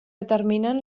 determinen